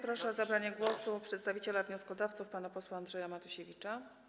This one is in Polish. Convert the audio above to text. Proszę o zabranie głosu przedstawiciela wnioskodawców pana posła Andrzeja Matusiewicza.